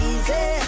Easy